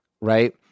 right